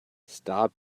stop